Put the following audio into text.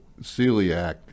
celiac